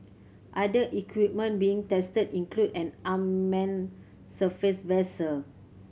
other equipment being tested include an unmanned surface vessel